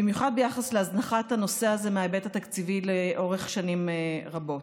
במיוחד ביחס להזנחת הנושא הזה מההיבט התקציבי לאורך שנים רבות.